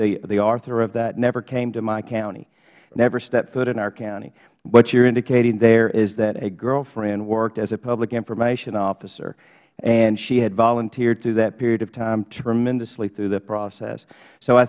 to the author of that never came to my county never stepped foot in our county what you're indicating there is that a girlfriend worked as a public information officer and she had volunteered through that period of time tremendously through that process so i